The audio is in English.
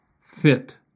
fit